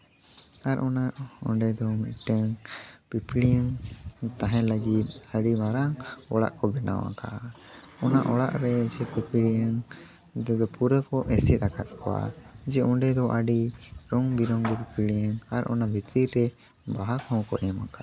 ᱟᱨ ᱚᱱᱟ ᱚᱸᱰᱮ ᱫᱚ ᱢᱤᱫᱴᱮᱱ ᱯᱤᱯᱤᱲᱤᱭᱟᱹᱝ ᱛᱟᱦᱮᱱ ᱞᱟᱹᱜᱤᱫ ᱟᱹᱰᱤ ᱢᱟᱨᱟᱝ ᱚᱲᱟᱜ ᱠᱚ ᱵᱮᱱᱟᱣ ᱟᱠᱟᱜᱼᱟ ᱚᱱᱟ ᱚᱲᱟᱜ ᱨᱮᱥᱮ ᱯᱤᱯᱤᱲᱤᱭᱟᱹᱝ ᱛᱮᱫᱚ ᱯᱩᱨᱟᱹ ᱠᱚ ᱮᱥᱮᱫ ᱟᱠᱟᱫ ᱠᱚᱣᱟ ᱡᱮ ᱚᱸᱰᱮ ᱫᱚ ᱟᱹᱰᱤ ᱨᱚᱝ ᱵᱮᱨᱚᱝᱜᱤ ᱯᱤᱯᱤᱲᱤᱭᱟᱹᱝ ᱟᱨ ᱚᱱᱟ ᱵᱷᱤᱛᱤᱨ ᱨᱮ ᱵᱟᱦᱟ ᱠᱚ ᱦᱚᱸ ᱠᱚ ᱮᱢ ᱟᱠᱟᱜᱼᱟ